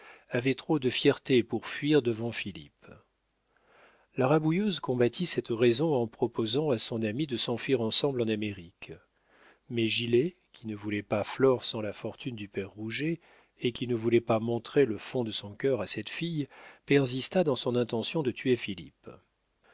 avait trop de fierté pour fuir devant philippe la rabouilleuse combattit cette raison en proposant à son ami de s'enfuir ensemble en amérique mais gilet qui ne voulait pas flore sans la fortune du père rouget et qui ne voulait pas montrer le fond de son cœur à cette fille persista dans son intention de tuer